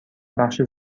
بخش